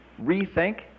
Rethink